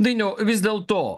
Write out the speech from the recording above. dainiau vis dėlto